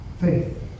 Faith